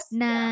na